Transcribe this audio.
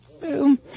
boom